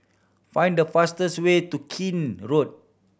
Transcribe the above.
find the fastest way to Keene Road